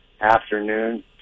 afternoon